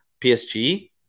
PSG